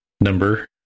number